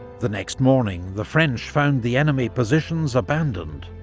the next morning the french found the enemy positions abandoned.